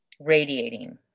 radiating